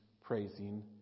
praising